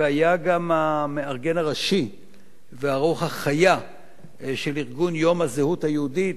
והיה גם המארגן הראשי והרוח החיה של ארגון יום הזהות היהודית,